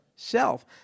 self